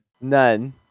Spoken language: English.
None